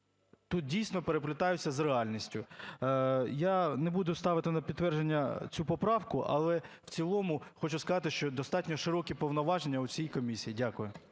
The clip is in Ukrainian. тут дійсно переплітаються з реальністю. Я не буду ставити на підтвердження цю поправку, але в цілому хочу сказати, що достатньо широкі повноваження у цієї комісії. Дякую.